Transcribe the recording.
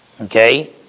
Okay